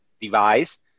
device